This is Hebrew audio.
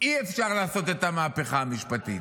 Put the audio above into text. אי-אפשר לעשות את המהפכה המשפטית.